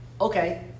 Okay